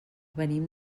venim